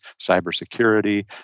cybersecurity